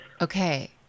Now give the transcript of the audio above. Okay